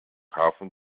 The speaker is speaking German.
hafen